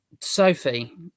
Sophie